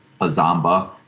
Azamba